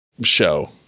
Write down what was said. show